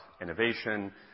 innovation